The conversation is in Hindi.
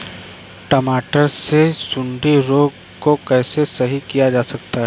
टमाटर से सुंडी रोग को कैसे सही किया जा सकता है?